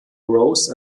rose